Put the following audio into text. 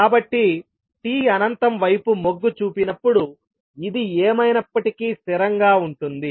కాబట్టి t అనంతం వైపు మొగ్గు చూపినప్పుడు ఇది ఏమైనప్పటికీ స్థిరంగా ఉంటుంది